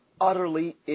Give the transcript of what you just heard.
utterly